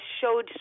showed